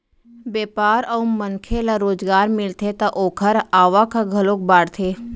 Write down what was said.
बेपार अउ मनखे ल रोजगार मिलथे त ओखर आवक ह घलोक बाड़थे